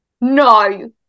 No